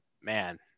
man